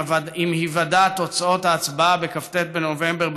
עם היוודע תוצאות ההצבעה בכ"ט בנובמבר,